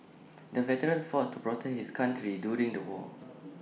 the veteran fought to protect his country during the war